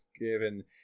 given